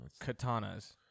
katanas